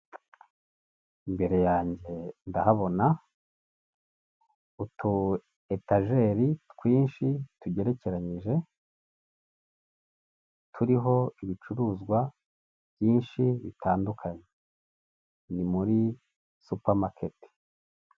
Imbere yange ndahabona utu etajeri twinshi tugerekeranyije, turiho ibicuruzwa byinshi bitandukanye, ni muri supamaketi.